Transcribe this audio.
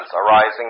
arising